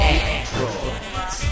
Androids